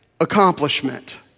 accomplishment